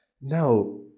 Now